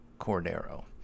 Cordero